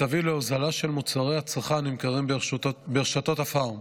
ותביא להוזלה של מוצרי הצריכה הנמכרים ברשתות הפארם.